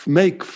make